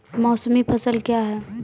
मौसमी फसल क्या हैं?